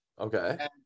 Okay